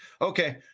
okay